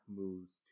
moves